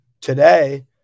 today